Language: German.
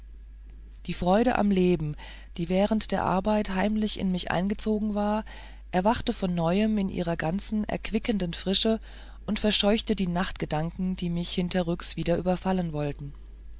die freude am leben die während der arbeit heimlich in mich eingezogen war erwachte von neuem in ihrer ganzen erquickenden frische und verscheuchte die nachtgedanken die mich hinterrücks wieder überfallen wollten